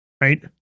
Right